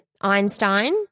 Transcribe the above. Einstein